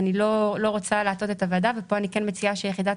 לא רוצה להטעות את הוועדה ופה אני כן מציעה שיחידת